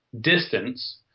distance